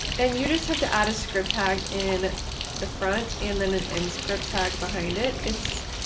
and you just have to add a script tag in the front and then in and script tag behind it. it's